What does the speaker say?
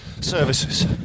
services